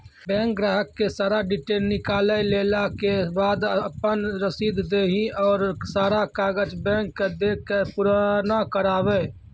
Bank ग्राहक के सारा डीटेल निकालैला के बाद आपन रसीद देहि और सारा कागज बैंक के दे के पुराना करावे?